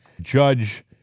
Judge